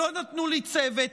לא נתנו לי צוות,